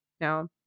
Now